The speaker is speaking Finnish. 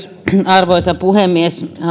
arvoisa puhemies